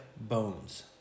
bones